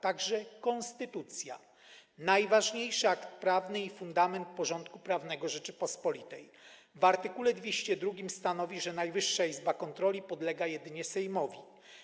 Także konstytucja, najważniejszy akt prawny i fundament porządku prawnego Rzeczypospolitej, w art. 202 stanowi, że Najwyższa Izba Kontroli podlega jedynie Sejmowi.